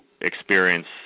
experience